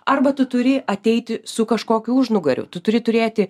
arba tu turi ateiti su kažkokiu užnugariu tu turi turėti